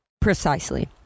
precisely